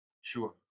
Sure